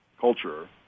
culture